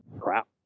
crap